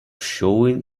showing